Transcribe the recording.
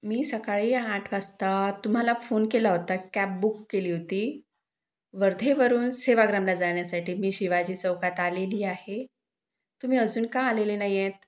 मी सकाळी आठ वाजता तुम्हाला फोन केला होता कॅब बुक केली होती वर्धेवरुन सेवाग्रामला जाण्यासाठी मी शिवाजी चौकात आलेली आहे तुम्ही अजून का आलेले नाही आहेत